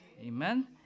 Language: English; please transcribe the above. Amen